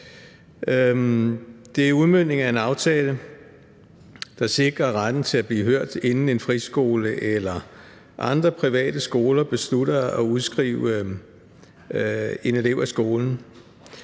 Det er udmøntningen af en aftale, der sikrer retten til at blive hørt, inden en friskole eller andre private skoler beslutter at udskrive en elev fra skolen.